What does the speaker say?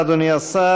תודה, אדוני השר.